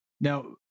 Now